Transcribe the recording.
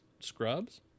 Scrubs